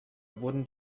wurden